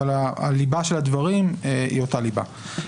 אבל ליבת הדברים היא אותה ליבה.